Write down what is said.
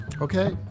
okay